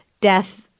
death